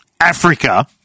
Africa